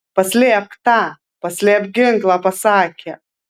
paslėpk tą paslėpk ginklą pasakė